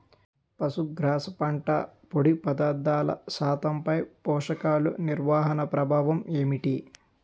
పశుగ్రాస పంట పొడి పదార్థాల శాతంపై పోషకాలు నిర్వహణ ప్రభావం ఏమిటి?